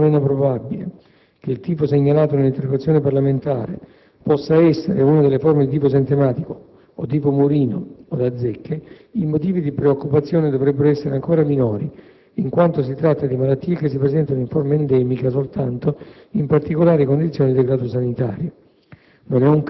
Nel caso, meno probabile, che il «tifo» segnalato nell'interrogazione parlamentare, possa essere una delle forme di tifo esantematico, o tifo murino o da zecche, i motivi di preoccupazione dovrebbero essere ancora minori, in quanto si tratta di malattie che si presentano in forma endemica soltanto in particolari condizioni di degrado sanitario;